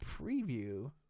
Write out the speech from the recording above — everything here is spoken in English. preview